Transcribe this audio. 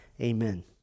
Amen